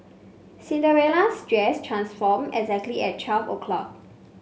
Cinderella's dress transformed exactly at twelve o'clock